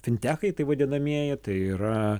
fintekai taip vadinamieji tai yra